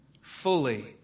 fully